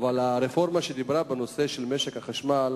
אבל הרפורמה שדיברה על משק החשמל,